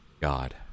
God